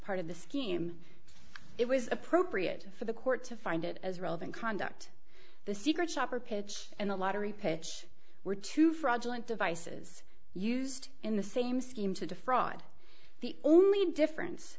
part of the scheme it was appropriate for the court to find it as relevant conduct the secret shopper pitch and the lottery pitch were two fraudulent devices used in the same scheme to defraud the only difference